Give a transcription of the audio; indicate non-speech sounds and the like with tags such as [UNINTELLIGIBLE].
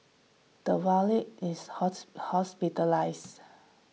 the valet is [UNINTELLIGIBLE] hospitalised